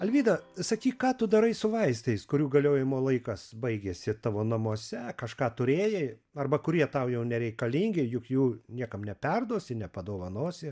alvyda sakyk ką tu darai su vaistais kurių galiojimo laikas baigėsi tavo namuose kažką turėjai arba kurie tau jau nereikalingi juk jų niekam neperduosi nepadovanosi